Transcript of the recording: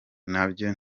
nabyo